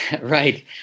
right